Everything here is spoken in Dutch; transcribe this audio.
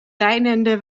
deinende